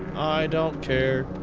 don't care,